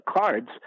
cards